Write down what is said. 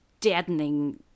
deadening